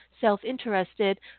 self-interested